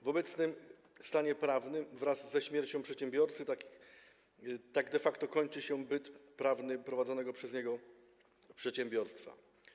W obecnym stanie prawnym wraz ze śmiercią przedsiębiorcy de facto kończy się byt prawny prowadzonego przez niego przedsiębiorstwa.